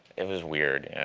it was weird. yeah.